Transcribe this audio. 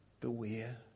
Beware